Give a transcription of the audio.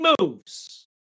moves